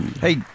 Hey